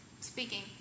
Speaking